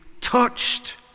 touched